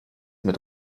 mit